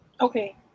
Okay